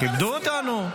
כיבדו אתכם?